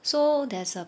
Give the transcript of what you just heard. so there's a